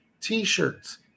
t-shirts